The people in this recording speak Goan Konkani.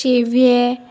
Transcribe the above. शेवये